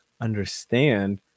understand